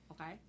Okay